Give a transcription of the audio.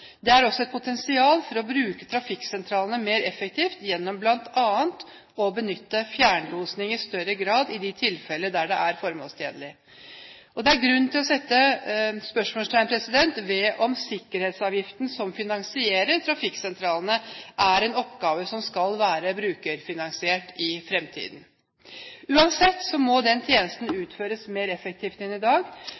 Det er også et potensial for å bruke trafikksentralene mer effektivt gjennom bl.a. å benytte fjernlosing i større grad i de tilfellene der det er formålstjenlig. Det er grunn til å sette spørsmålstegn ved sikkerhetsavgiften som finansierer trafikksentralene, om denne oppgaven skal være brukerfinansiert i fremtiden. Uansett må den tjenesten